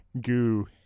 goo